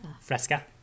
Fresca